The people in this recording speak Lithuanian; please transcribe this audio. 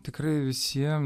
tikrai visiem